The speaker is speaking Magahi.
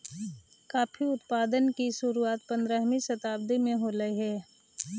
कॉफी उत्पादन की शुरुआत पंद्रहवी शताब्दी में होलई